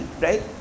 right